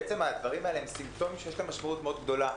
בעצם הדברים האלה הם סימפטומים שיש להם משמעות גדולה מאוד.